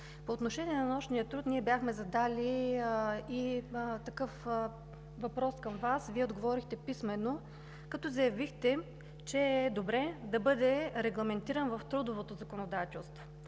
По отношение на нощния труд ние бяхме задали и такъв въпрос към Вас. Вие отговорихте писмено, като заявихте, че е добре добавката за нощния труд да бъде регламентирана в трудовото законодателство,